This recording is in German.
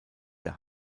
der